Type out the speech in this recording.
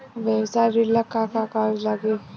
व्यवसाय ऋण ला का का कागज लागी?